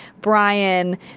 Brian